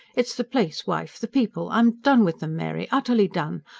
it's the place, wife the people. i'm done with em, mary utterly done!